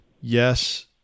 yes